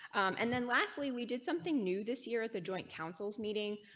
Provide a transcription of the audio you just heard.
and then lastly we did something new this year at the joint council's meeting.